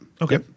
Okay